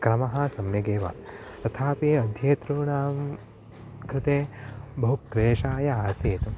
क्रमः सम्यगेव तथापि अध्येतॄणां कृते बहु क्लेशाय आसीत्